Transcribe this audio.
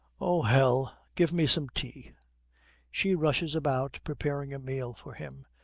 oh, hell! give me some tea she rushes about preparing a meal for him,